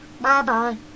Bye-bye